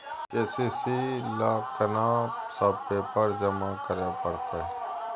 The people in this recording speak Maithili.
के.सी.सी ल केना सब पेपर जमा करै परतै?